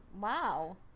Wow